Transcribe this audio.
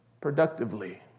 productively